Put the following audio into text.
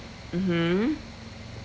mmhmm